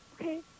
okay